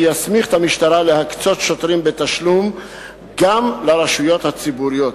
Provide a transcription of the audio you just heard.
שיסמיך את המשטרה להקצות שוטרים בתשלום גם לרשויות הציבוריות,